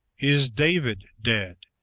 is david dead?